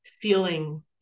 feeling